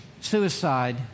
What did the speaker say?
suicide